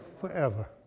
forever